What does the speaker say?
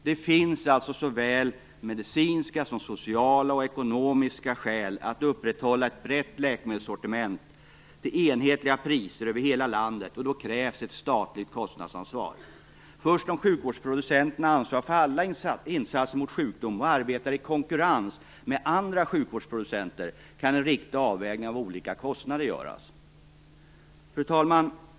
Det finns alltså såväl medicinska som sociala och ekonomiska skäl att upprätthålla ett brett läkemedelssortiment till enhetliga priser över hela landet, och då krävs ett statligt kostnadsanvar. Först då sjukvårdsproducenterna ansvarar för alla insatser mot sjukdom och arbetar i konkurrens med andra sjukvårdsproducenter kan en riktig avvägning av olika kostnader göras. Fru talman!